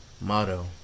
motto